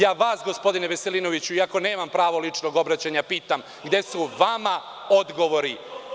Ja vas, gospodine Veselinoviću, iako nemam pravo ličnog obraćanja, pitam – gde su vama odgovori?